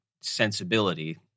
sensibility